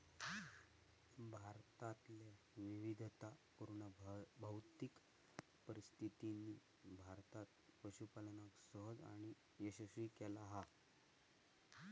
भारतातल्या विविधतापुर्ण भौतिक परिस्थितीनी भारतात पशूपालनका सहज आणि यशस्वी केला हा